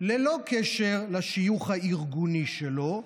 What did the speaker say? ללא קשר לשיוך הארגוני שלו,